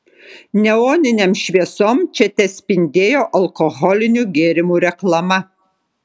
neoninėm šviesom čia tespindėjo alkoholinių gėrimų reklama